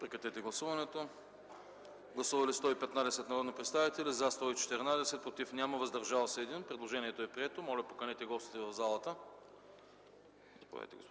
предложение. Гласували 115 народни представители: за 114, против няма, въздържал се 1. Предложението е прието. Моля, поканете гостите в залата.